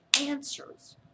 answers